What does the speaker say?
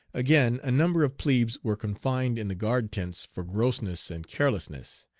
again, a number of plebes were confined in the guard tents for grossness and carelessness.